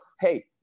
hey